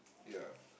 ya